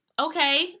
okay